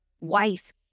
wife